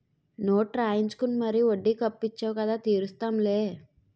note రాయించుకుని మరీ వడ్డీకి అప్పు ఇచ్చేవు కదా తీరుస్తాం లే